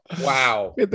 wow